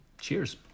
cheers